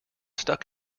stuck